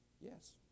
Yes